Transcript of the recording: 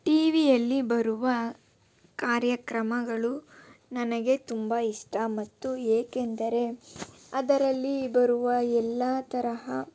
ಟಿವಿಯಲ್ಲಿ ಬರುವ ಕಾರ್ಯಕ್ರಮಗಳು ನನಗೆ ತುಂಬ ಇಷ್ಟ ಮತ್ತು ಏಕೆಂದರೆ ಅದರಲ್ಲಿ ಬರುವ ಎಲ್ಲ ತರಹ